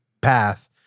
path